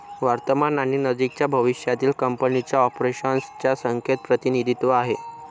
वर्तमान आणि नजीकच्या भविष्यातील कंपनीच्या ऑपरेशन्स च्या संख्येचे प्रतिनिधित्व आहे